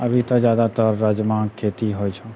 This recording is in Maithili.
अभी तऽ जादातर राजमाके खेती होइ छौ